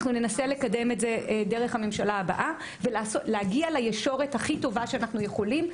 ננסה לקדם את זה דרך הממשלה הבאה ולהגיע לישורת הכי טובה שאנחנו יכולים,